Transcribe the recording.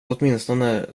åtminstone